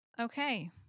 Okay